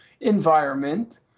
environment